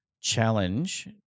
challenge